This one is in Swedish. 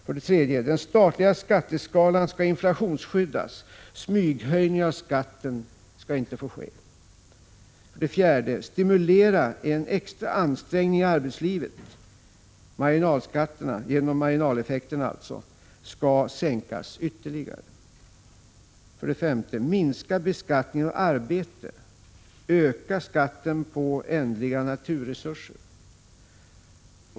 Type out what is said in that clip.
För det tredje: Den statliga skatteskalan skall inflationsskyddas. Smyghöjning av skatten skall inte få ske. För det fjärde: Stimulera en extra ansträngning i arbetslivet. Marginalskatterna och marginaleffekterna skall sänkas ytterligare. För det femte: Minska beskattningen av arbete. Öka skatten på ändliga naturresurser.